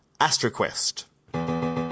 AstroQuest